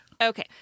Okay